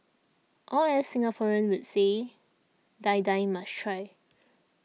or as Singaporeans would say Die Die must try